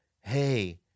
Hey